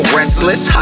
restless